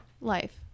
life